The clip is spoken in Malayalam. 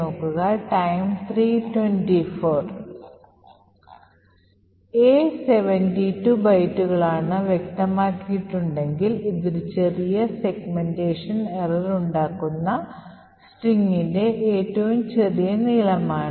എ 72 ബൈറ്റുകളാണെന്ന് വ്യക്തമാക്കിയിട്ടുണ്ടെങ്കിൽ ഇത് ഒരു സെഗ്മെന്റേഷൻ പിശക് ഉണ്ടാക്കുന്ന സ്ട്രിംഗിന്റെ ഏറ്റവും ചെറിയ നീളമാണ്